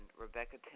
Rebecca